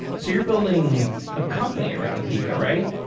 so you're building ah company around pika, right?